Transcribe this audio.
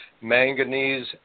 manganese